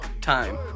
time